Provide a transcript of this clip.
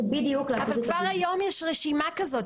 בדיוק לעשות --- אבל כבר היום יש רשימה כזאת,